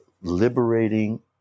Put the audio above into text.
liberating